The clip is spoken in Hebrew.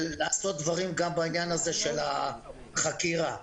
בעניין הזה של החקירה.